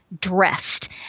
dressed